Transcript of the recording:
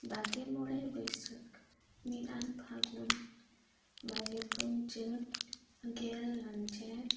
ᱵᱟᱜᱮ ᱢᱚᱬᱮ ᱵᱟᱭᱥᱟᱹᱠ ᱢᱤᱫᱟᱱ ᱯᱷᱟᱹᱜᱩᱱ ᱵᱟᱜᱮ ᱯᱩᱱ ᱪᱟᱹᱛ ᱜᱮᱞ ᱡᱷᱮᱸᱴ